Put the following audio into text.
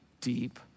deep